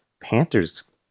Panthers